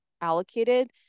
allocated